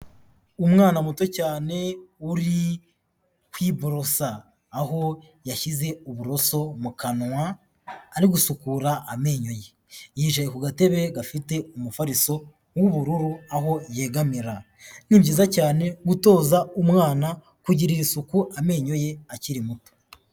Umwana muto cyane uri kwiborosa, aho yashyize uburoso mu kanwa ari gusukura amenyo ye, yicaye ku gatebe gafite umufariso w'ubururu aho yegamira, ni byiza cyane gutoza umwana kugirira isuku amenyo ye akiri muto.